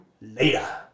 later